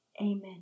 Amen